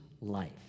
life